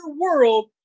world